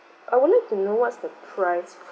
I would like to know what's the price